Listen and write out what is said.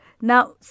Now